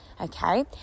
okay